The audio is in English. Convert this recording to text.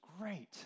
great